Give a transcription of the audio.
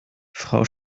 frau